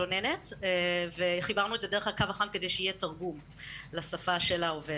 למתלוננת וחיברנו את זה דרך הקו החם על מנת שיהיה תרגום לשפה של העובדת